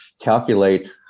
calculate